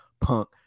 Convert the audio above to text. Punk